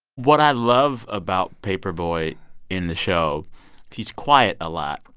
what i love about paper boi in the show he's quiet a lot,